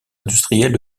industrielle